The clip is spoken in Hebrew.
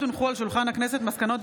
של חבר הכנסת ישראל